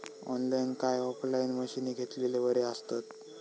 Online काय offline मशीनी घेतलेले बरे आसतात?